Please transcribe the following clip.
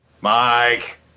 mike